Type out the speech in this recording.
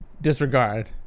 Disregard